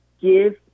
give